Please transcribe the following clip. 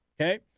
okay